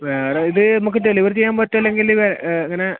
വേറെ ഇത് നമ്മൾക്ക് ഡെലിവറി ചെയ്യാൻ പറ്റുമോ അല്ലെങ്കിൽ എങ്ങനെ